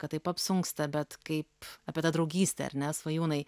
kad taip apsunksta bet kaip apie tą draugystę ar ne svajūnai